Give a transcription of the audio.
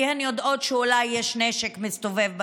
כי הן יודעות שאולי יש נשק שמסתובב בסביבה,